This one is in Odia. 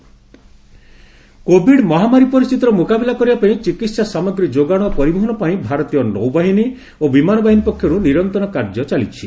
ଏୟାର ଫୋସ୍ କୋଭିଡ୍ ମହାମାରୀ ପରିସ୍ଥିତିର ମୁକାବିଲା କରିବାପାଇଁ ଚିକିତ୍ସା ସାମଗ୍ରୀ ଯୋଗାଣ ଓ ପରିବହନ ପାଇଁ ଭାରତୀୟ ନୌବାହିନୀ ଓ ବିମାନ ବାହିନୀ ପକ୍ଷରୁ ନିରନ୍ତର କାର୍ଯ୍ୟ ଚାଲିଛି